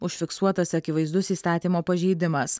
užfiksuotas akivaizdus įstatymo pažeidimas